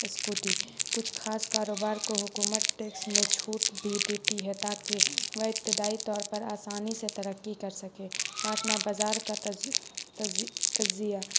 scooty کچھ خاص کاروبار کو حکومت ٹیکس میں چھوٹ بھی دیتی ہے تاکہ وہ ابتدائی طور پر آسانی سے ترقی کر سکے پانچواں بازار کا تجزیہ